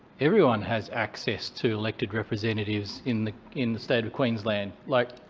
everyone has access to elected representatives in in the state of queensland. like,